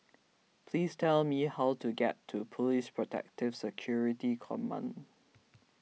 please tell me how to get to Police Protective Security Command